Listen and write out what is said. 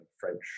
French